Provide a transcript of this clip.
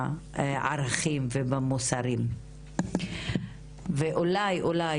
בערכים ובמוסריות ואולי אולי,